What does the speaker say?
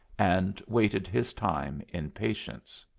and waited his time in patience.